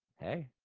okay.